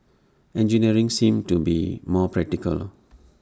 engineering seemed to be more practical